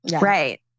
Right